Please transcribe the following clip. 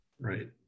Right